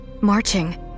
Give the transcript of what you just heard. marching